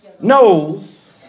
Knows